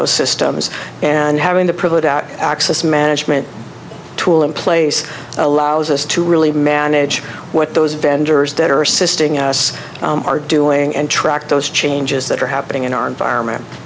those systems and having to provide out access management tool in place allows us to really manage what those vendors that are assisting us are doing and track those changes that are happening in our environment